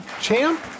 Champ